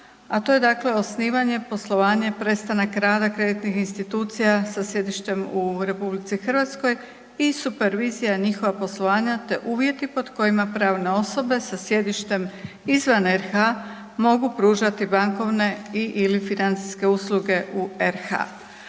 a to je dakle osnivanje, poslovanje, prestanak rada kreditnih institucija sa sjedištem u RH i supervizija njihova poslovanja, te uvjeti pod kojima pravne osobe sa sjedištem izvan RH mogu pružati bankovne i/ili financijske usluge u RH.